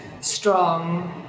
strong